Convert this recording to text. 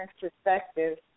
perspective